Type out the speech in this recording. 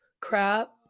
crap